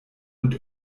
und